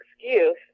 excuse